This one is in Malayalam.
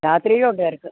രാത്രിയിലും ഉണ്ട് തിരക്ക്